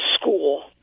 school